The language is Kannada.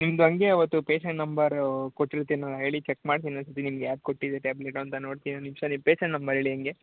ನಿಮ್ದು ಹಾಗೆ ಅವತ್ತು ಪೇಶಂಟ್ ನಂಬರು ಕೊಟ್ಟಿರ್ತೀನಿ ಹೇಳಿ ಚೆಕ್ ಮಾಡ್ತೀನಿ ಇನ್ನೊಂದು ಸರ್ತಿ ನಿಮ್ಗೆ ಯಾವ್ದ್ ಕೊಟ್ಟಿದ್ದೆ ಟ್ಯಾಬ್ಲೆಟ್ ಅಂತ ನೋಡ್ತೀನಿ ಒಂದು ನಿಮಿಷ ನಿಮ್ಮ ಪೇಶಂಟ್ ನಂಬರ್ ಹೇಳಿ ಹಂಗೆ